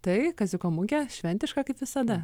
tai kaziuko mugė šventiška kaip visada